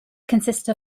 consisted